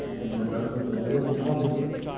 ठीक ऐ सर कोई दुआई ओड़ो कोई पंदरां सौ तक्कर